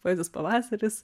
poezijos pavasaris